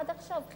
עד עכשיו,